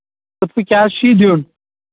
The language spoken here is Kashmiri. کیٛاہ حظ چھی دیُن